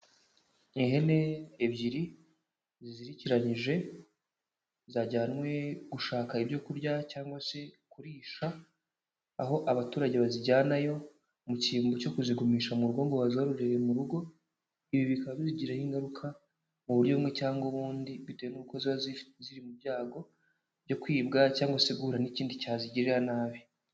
Ihene ebyiri zizirikiranyije, zajyanwe gushaka ibyo kurya cyangwa se kurisha, aho abaturage bazijyanayo mu kimbo cyo kuzigumisha mu rugo ngo bazororere mu rugo, ibi bikaba bigiraho ingaruka mu buryo bumwe cyangwa ubundi bitewe n'uko ziba zifi ziri mu byago byo kwibwa cyangwa se guhura n'ikindi cyazigirira nabi.